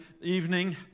evening